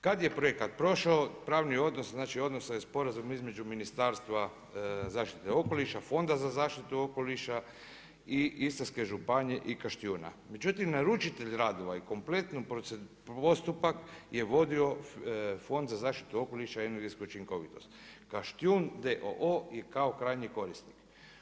Kada je projekat prošao pravni odnos znači odnos je sporazum između Ministarstva zaštite okoliša Fonda za zaštitu okoliša i Istarske županije i Kaštijuna, međutim naručitelj radova je kompletni postupak je vodio Fond za zaštitu okoliša i energetsku učinkovitost, Kaštijun d.o.o. kao krajnji korisnik.